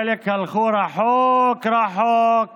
חלק הלכו רחוק רחוק